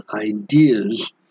Ideas